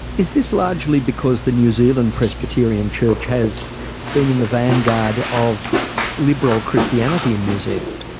is this largely because the new zealand presbyterian church has been in the vanguard of liberal christianity in new zealand?